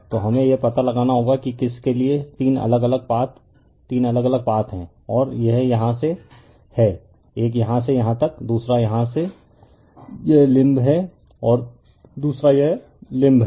तो हमें यह पता लगाना होगा कि किस के लिए तीन अलग अलग पाथ तीन अलग अलग पाथ हैं और यह यहां से है एक यहाँ से यहाँ तक दूसरा यहाँ यह लिंब है और दूसरा यह लिंब है